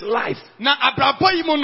life